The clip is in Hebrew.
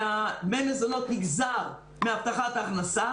דמי מזונות נגזרים מהבטחת הכנסה.